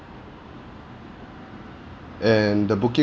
and the booking